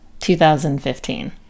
2015